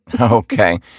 Okay